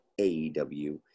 AEW